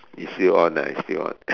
it's still on ah it's still on